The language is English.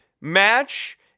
match